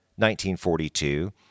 1942